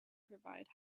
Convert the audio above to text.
provide